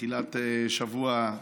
בתחילת השבוע.